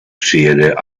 přijede